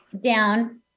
down